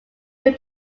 who